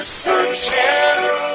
searching